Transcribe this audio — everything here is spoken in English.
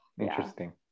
interesting